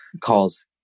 calls